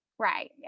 right